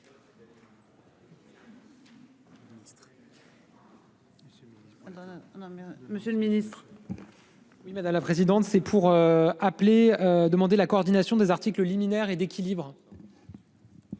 Monsieur le Ministre. Oui madame la présidente. C'est pour appeler, demander la coordination des articles liminaire et d'équilibre.--